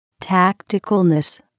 tacticalness